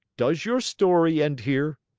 does your story end here?